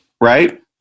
right